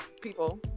people